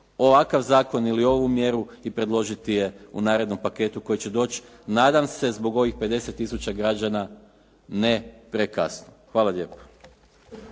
ovakav zakon ili ovu mjeru i predložiti je u narednom paketu koji će doći nadam se zbog ovih 50 tisuća građana ne prekasno. Hvala lijepo.